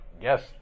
yes